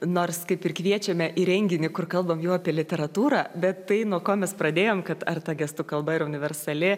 nors kaip ir kviečiame į renginį kur kalbam jau apie literatūrą bet tai nuo ko mes pradėjom kad ar ta gestų kalba yra universali